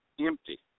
empty